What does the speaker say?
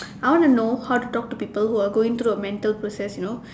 I wanna know how to talk to people who are going through a mental process you know